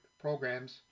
programs